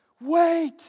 wait